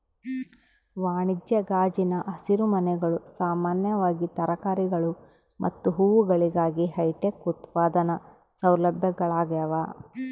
ವಾಣಿಜ್ಯ ಗಾಜಿನ ಹಸಿರುಮನೆಗಳು ಸಾಮಾನ್ಯವಾಗಿ ತರಕಾರಿಗಳು ಮತ್ತು ಹೂವುಗಳಿಗಾಗಿ ಹೈಟೆಕ್ ಉತ್ಪಾದನಾ ಸೌಲಭ್ಯಗಳಾಗ್ಯವ